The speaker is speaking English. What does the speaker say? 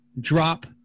drop